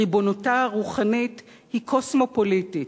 ריבונותה הרוחנית היא קוסמופוליטית.